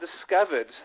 discovered